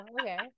okay